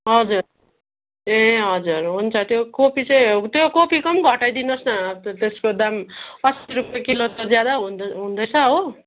हजुर ए हजुर हुन्छ त्यो कोपी चाहिँ त्यो कोपीको पनि घटाइदिनु होस् न त्यो त्यसको दाम अस्सी रुपियाँ किलो त ज्यादा हुँदै हुँदैछ हो